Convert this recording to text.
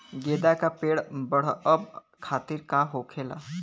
गेंदा का पेड़ बढ़अब खातिर का होखेला?